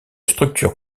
structure